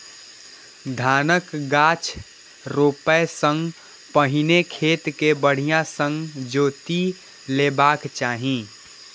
धानक गाछ रोपै सं पहिने खेत कें बढ़िया सं जोति लेबाक चाही